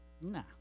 nah